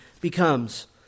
becomes